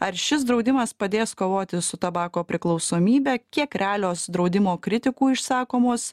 ar šis draudimas padės kovoti su tabako priklausomybe kiek realios draudimo kritikų išsakomos